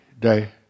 day